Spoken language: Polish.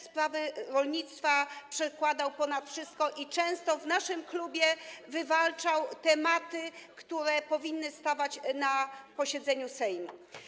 sprawy rolnictwa przekładał ponad wszystko i często w naszym klubie wywalczał te tematy, które powinny być przedstawiane na posiedzeniu Sejmu.